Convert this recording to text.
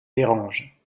dérange